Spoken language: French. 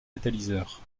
catalyseur